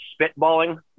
spitballing